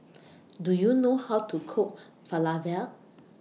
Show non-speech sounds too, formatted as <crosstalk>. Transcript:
<noise> Do YOU know How to Cook Falafel